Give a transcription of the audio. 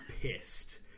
pissed